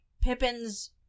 Pippin's